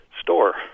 store